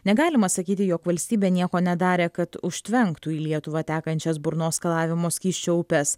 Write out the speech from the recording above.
negalima sakyti jog valstybė nieko nedarė kad užtvenktų į lietuvą tekančias burnos skalavimo skysčio upes